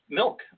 milk